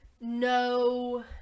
no